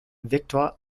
victor